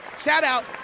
Shout-out